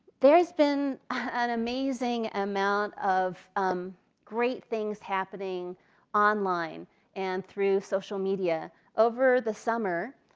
there's been an amazing amount of great things happening online and through social media. over the summer,